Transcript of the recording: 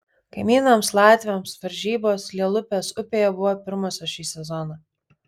kaimynams latviams varžybos lielupės upėje buvo pirmosios šį sezoną